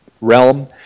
realm